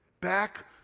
back